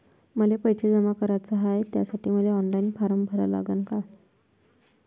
मले पैसे जमा कराच हाय, त्यासाठी मले ऑनलाईन फारम भरा लागन का?